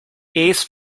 ace